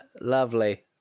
lovely